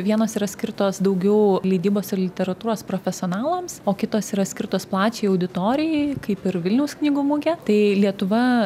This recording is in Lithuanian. vienos yra skirtos daugiau leidybos ir literatūros profesionalams o kitos yra skirtos plačiajai auditorijai kaip ir vilniaus knygų mugė tai lietuva